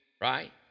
right